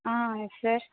ah yes sir